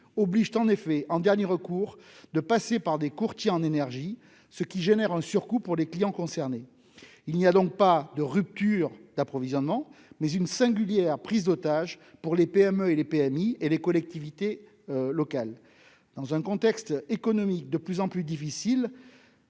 obligent en effet, en dernier recours, à passer par des courtiers en énergie, ce qui entraîne un surcoût pour les clients concernés. Il n'y a donc pas de rupture d'approvisionnement, mais on assiste à une singulière prise en otage des PME et PMI et des collectivités locales. Dans un contexte économique de plus en plus difficile,